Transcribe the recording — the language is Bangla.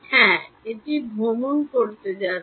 হ্যাঁ এটি ভ্রমণ করতে যাচ্ছে